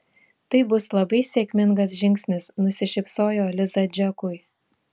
tai bus labai sėkmingas žingsnis nusišypsojo liza džekui